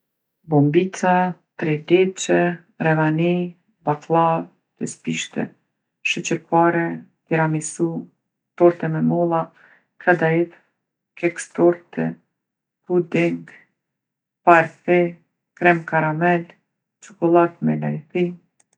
Bombica, trileqe, revani, bakllavë, tespishte, sheqer pare, tiramisu, torte me molla, kadaif, keks torte, puding, parfe, krem karamel, çokollatë me lajthi.